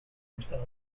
herself